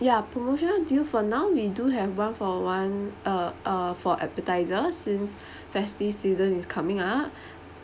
ya promotional deal for now we do have one for one uh uh for appetizer since festive season is coming up